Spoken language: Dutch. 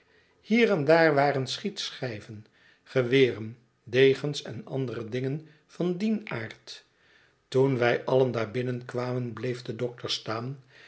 hier en daar waren schietschijven geweren degens en andere dingen van dien aard toen wij allen daar binnen waren bleef de dokter staan